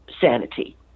sanity